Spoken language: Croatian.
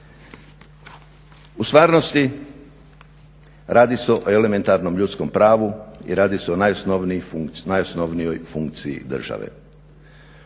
U stvarnosti radi se o elementarnom ljudskom pravu i radi se o najosnovnijoj funkciji države.